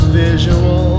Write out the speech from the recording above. visual